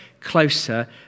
closer